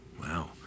wow